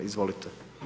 Izvolite.